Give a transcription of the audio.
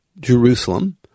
Jerusalem